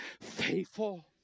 faithful